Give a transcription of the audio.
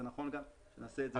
זה נכון גם לעשות זאת.